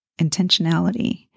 intentionality